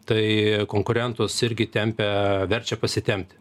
tai konkurentus irgi tempia verčia pasitempti